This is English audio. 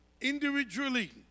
individually